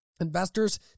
investors